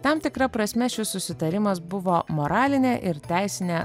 tam tikra prasme šis susitarimas buvo moralinė ir teisinė